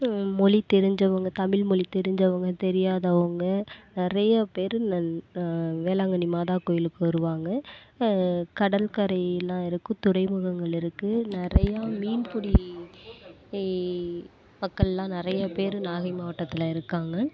மொழி தெரிஞ்சவங்க தமிழ் மொழி தெரிஞ்சவங்க தெரியாதவங்க நிறையா பேர் வேளாங்கண்ணி மாதாகோவிலுக்கு வருவாங்க கடற்கரைலாம் இருக்கும் துறைமுகங்கள் இருக்கு நிறையா மீன்பிடி மக்கள்லாம் நிறையா பேர் நாகை மாவட்டத்தில் இருக்காங்க